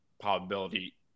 probability